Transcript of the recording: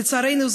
לצערנו,